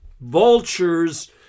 Vultures